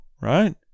right